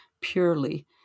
purely